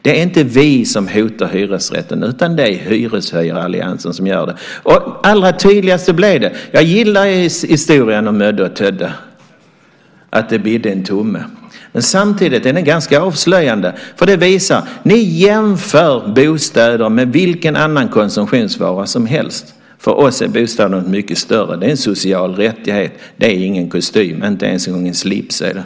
Det är inte vi som hotar hyresrätten, utan det är hyreshöjaralliansen som gör det. Jag gillar historien om Mödde och Tödde. Det bidde en tumme. Men samtidigt är den ganska avslöjande, för den visar att ni jämför bostäder med vilken annan konsumtionsvara som helst. För oss är bostaden något mycket större. Det är en social rättighet. Det är ingen kostym. Inte ens en gång en slips är det.